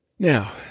Now